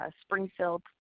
Springfield